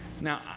Now